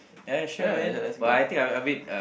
ya sure man but I think I'm I'm a bit uh